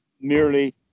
merely